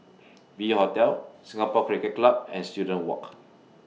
V Hotel Singapore Cricket Club and Student Walk